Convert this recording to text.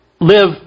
live